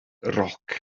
roc